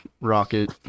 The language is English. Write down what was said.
rocket